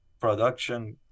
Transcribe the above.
production